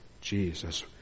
Jesus